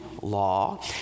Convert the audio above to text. law